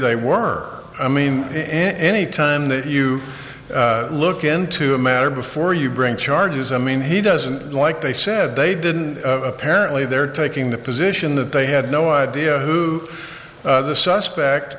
they were i mean any time that you look into a matter before you bring charges i mean he doesn't like they said they didn't apparently they're taking the position that they had no idea who the suspect